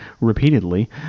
repeatedly